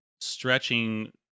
stretching